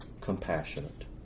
compassionate